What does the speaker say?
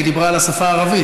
כי היא דיברה על השפה הערבית.